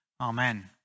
Amen